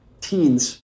teens